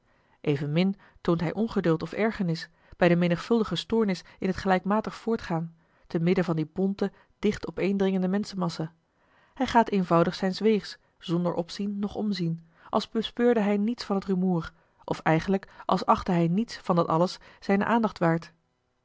evenmin toont hij ongeduld of ergernis bij de menigvuldige stoornis in t gelijkmatig voortgaan te midden van die bonte dicht opeendringende menschenmassa hij gaat eenvoudig zijns weegs zonder opzien noch omzien als bespeurde hij niets van t rumoer of eigenlijk als achtte hij niets van dat alles zijne aandacht waard